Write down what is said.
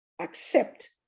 accept